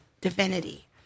divinity